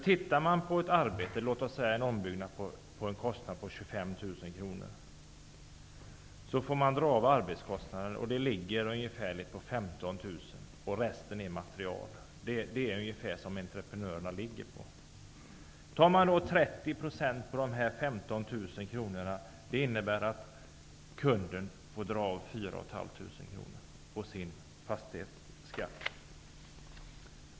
Om man vid en ombyggnad har en kostnad på 25 000 kr får man dra av en arbetskostnad som är ungefär 15 000 kr. Resten är material. Det är ungefär de kostnader som entreprenörerna har. Tar man då 30 % på dessa 15 000 kr innebär det att kunden får dra av 4 500 kr på sin fastighetsskatt.